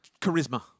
charisma